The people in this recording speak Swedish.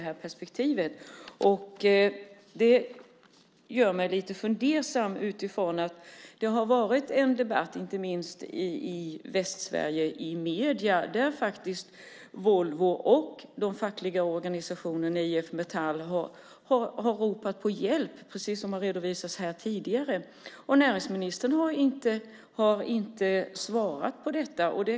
Jag blir lite fundersam med tanke på att det har varit en debatt i medierna i Västsverige där Volvo och den fackliga organisationen IF Metall har ropat på hjälp, precis som har redovisats här tidigare. Näringsministern har inte svarat på detta.